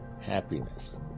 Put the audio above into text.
happiness